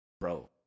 bro